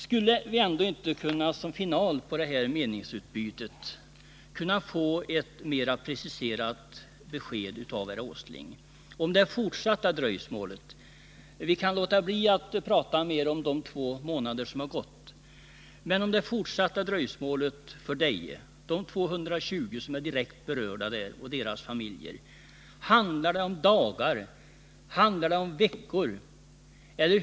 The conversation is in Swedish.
Skulle vi inte som final på detta meningsutbyte kunna få ett mera preciserat besked av herr Åsling om det fortsatta dröjsmålet? Vi kan låta bli att tala mer om de två månader som har gått. Låt oss i stället tala om det fortsatta dröjsmålet för Deje och om de direkt berörda 220 anställda och deras familjer. Handlar det om dagar eller veckor?